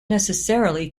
necessarily